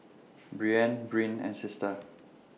Breanne Bryn and Sister